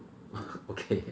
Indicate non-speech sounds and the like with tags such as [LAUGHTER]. [LAUGHS] okay